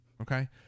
Okay